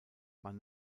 man